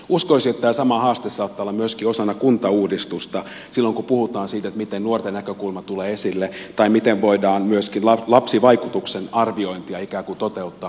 uskoisin että tämä sama haaste saattaa olla myöskin osana kuntauudistusta silloin kun puhutaan siitä miten nuorten näkökulma tulee esille tai miten voidaan myöskin lapsivaikutusten arviointia ikään kuin toteuttaa kunnolla